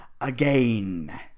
again